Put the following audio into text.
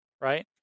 Right